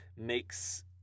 makes